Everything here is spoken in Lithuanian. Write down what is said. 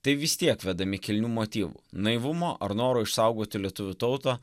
tai vis tiek vedami kilnių motyvų naivumo ar noro išsaugoti lietuvių tautą